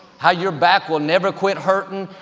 how your back will never quit hurting.